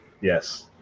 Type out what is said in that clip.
Yes